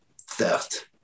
theft